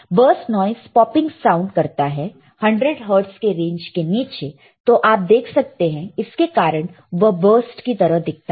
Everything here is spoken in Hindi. बरस्ट नॉइस पॉपिंग साउंड करता है 100 हर्ट्ज़ के रेंज के नीचे तो आप देख सकते हैं इसके कारण वह बरस्ट की तरह दिखता है